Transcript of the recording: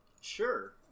sure